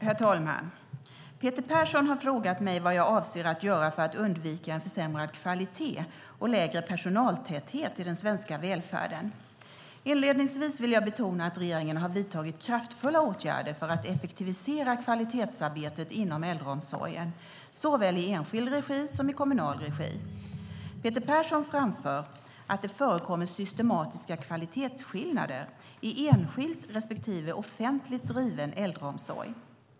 Herr talman! Peter Persson har frågat mig vad jag avser att göra för att undvika en försämrad kvalitet och lägre personaltäthet i den svenska välfärden. Inledningsvis vill jag betona att regeringen har vidtagit kraftfulla åtgärder för att effektivisera kvalitetsarbetet inom äldreomsorgen såväl i enskild regi som i kommunal regi. Peter Persson framför att det förekommer systematiska kvalitetsskillnader i enskilt respektive offentligt driven äldreomsorg.